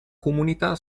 comunità